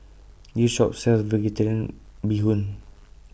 This Shop sells Vegetarian Bee Hoon